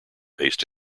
based